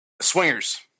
Swingers